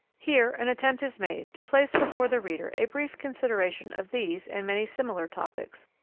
here an attempt is made to place before the reader a brief consideration of these and many similar topics,